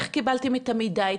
איך קיבלתם את המידע?